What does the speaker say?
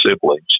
siblings